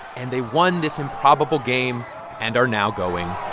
and they won this improbable game and are now going